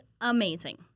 amazing